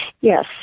Yes